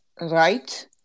right